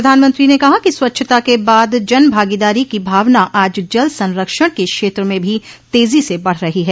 प्रधानमंत्री ने कहा कि स्वच्छता के बाद जन भागीदारी की भावना आज जल संरक्षण क क्षेत्र में भी तेजी से बढ़ रही है